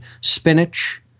spinach